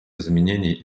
изменений